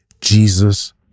Jesus